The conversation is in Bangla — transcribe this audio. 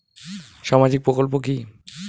সামাজিক প্রকল্প কি?